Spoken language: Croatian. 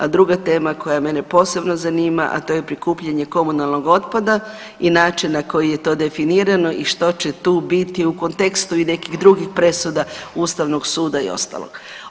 A druga tema koja mene posebno zanima, a to je prikupljanje komunalnog otpada i način na koji je to definirano i što će tu biti u kontekstu i nekih drugih presuda Ustavnog suda i ostalog.